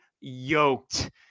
yoked